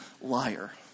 liar